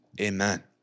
amen